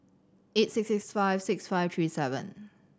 eight six six five six five three seven